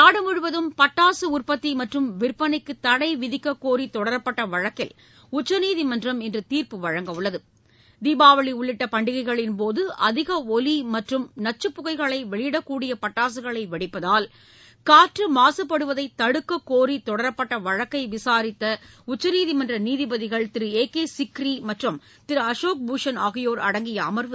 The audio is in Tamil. நாடு முழுவதும் பட்டாசு உற்பத்தி மற்றும் விற்பனைக்கு தடை விதிக்கக் கோரி தொடரப்பட்ட வழக்கில் உச்சநீதிமன்றம் இன்று தீர்ப்பு வழங்க உள்ளது தீபாவளி உள்ளிட்ட பண்டிகைகளின்போது அதிக ஒலி மற்றும் நச்சுப் புகைகளை வெளியிடக் கூடிய பட்டாசுகளை வெடிப்பதால் காற்று மாசுபடுவதை தடுக்கக் கோரி தொடரப்பட்ட வழக்கை விசாரித்த உச்சநீதிமன்ற நீதிபதிகள் திரு ஏ கே சிக்ரி மற்றும் திரு அசோக் பூஷன் ஆகியோர் அடங்கிய அமர்வு